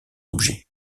objets